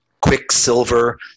Quicksilver